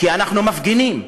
כי אנחנו מפגינים,